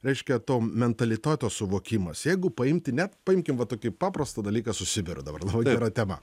reiškia to mentalitato suvokimas jeigu paimti net paimkim va tokį paprastą dalyką su sibaru dabar labai gera tema